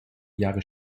jahre